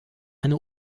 eine